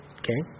okay